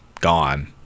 gone